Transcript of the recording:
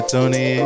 Tony